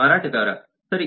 ಮಾರಾಟಗಾರ ಸರಿ